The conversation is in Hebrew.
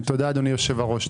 תודה, אדוני יושב הראש.